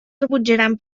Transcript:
rebutjaran